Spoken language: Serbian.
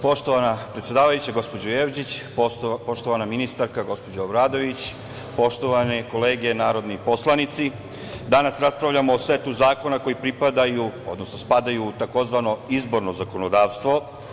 Poštovana predsedavajuća, gospođo Jevđić, poštovana ministarka gospođo Obradović, poštovane kolege narodni poslanici, danas raspravljamo o setu zakona koji pripadaju, odnosno spadaju u tzv. izborno zakonodavstvo.